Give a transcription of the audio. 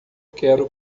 quero